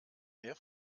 mehr